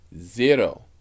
zero